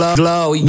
glow